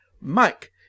Mike